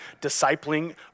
discipling